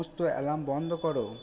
সমস্ত অ্যালার্ম বন্ধ করো